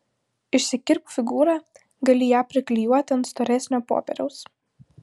išsikirpk figūrą gali ją priklijuoti ant storesnio popieriaus